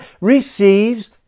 receives